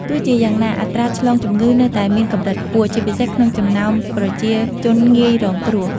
ទោះជាយ៉ាងណា អត្រាឆ្លងជំងឺនៅតែមានកម្រិតខ្ពស់ ជាពិសេសក្នុងចំណោមប្រជាជនងាយរងគ្រោះ។